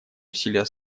усилия